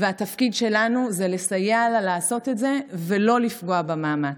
והתפקיד שלנו הוא לסייע לה לעשות את זה ולא לפגוע במאמץ.